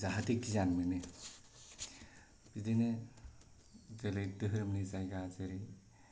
जाहाथे गियान मोनो बिदिनो बेलेग दोहोरोमनि जायगा जेरै